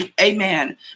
amen